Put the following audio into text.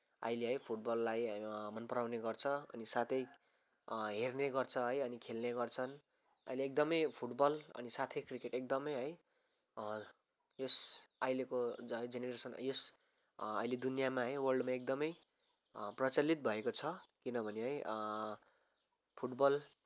अहिले है फुटबललाई मन पराउने गर्छ अनि साथै हेर्ने गर्छ है अनि खेल्ने गर्छन् अहिले एकदमै फुटबल अनि साथै क्रिकेट एकदमै है यस अहिलेको जेनेरेसन यस अहिले दुनियाँमा है वर्ल्डमा एकदमै प्रचलित भएको छ किनभने है फुटबल